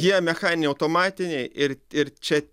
jie mechaniniai automatiniai ir ir čia